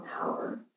power